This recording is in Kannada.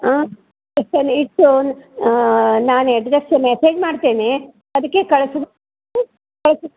ಹಾಂ ನಾನು ಅಡ್ರೆಸ್ ಮೆಸೇಜ್ ಮಾಡ್ತೇನೆ ಅದಕ್ಕೆ ಕಳಿಸ್ಬಿಟ್ಟು ಕಳ್ಸು